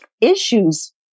issues